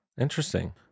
Interesting